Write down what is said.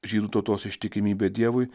žydų tautos ištikimybė dievui